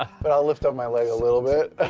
but i'll lift up my leg a little bit.